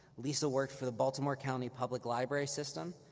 lisa worked for the baltimore county public library system,